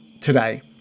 today